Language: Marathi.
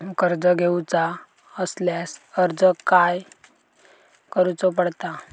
कर्ज घेऊचा असल्यास अर्ज खाय करूचो पडता?